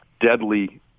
deadly